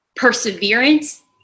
perseverance